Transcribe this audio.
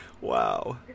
wow